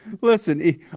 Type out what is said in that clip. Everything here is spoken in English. Listen